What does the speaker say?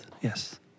yes